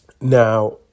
now